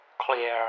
clear